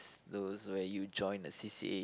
those where you join the c_c_a